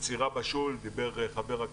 עצירה בשול, דיבר ח"כ